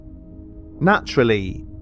Naturally